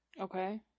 Okay